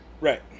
Right